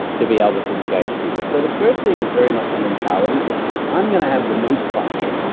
to be able to engage people so the first thing is very much a mentality. it's i'm going to have the most fun here.